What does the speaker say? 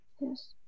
Yes